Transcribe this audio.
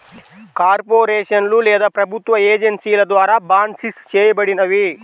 కార్పొరేషన్లు లేదా ప్రభుత్వ ఏజెన్సీల ద్వారా బాండ్సిస్ చేయబడినవి